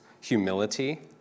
humility